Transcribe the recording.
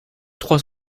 trois